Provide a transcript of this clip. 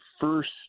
first